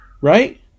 Right